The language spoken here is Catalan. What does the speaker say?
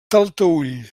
talteüll